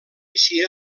així